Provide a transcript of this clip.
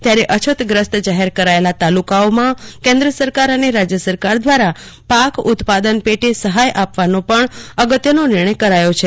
ત્યારે અછતગ્રસ્ત જાહેર કરાયેલા તાલુકાઓમાં કેન્દ્ર અને રાજ્ય સરકાર દ્વારા પાક ઉત્પાદન પેટે સહાય આપવાનો પણ અગત્યનો નિર્ણય કરાયો છે